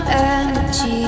energy